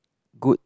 good